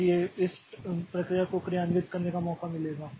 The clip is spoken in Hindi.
इसलिए इस प्रक्रिया को क्रियान्वित करने का मौका मिलेगा